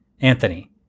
Anthony